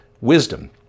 Wisdom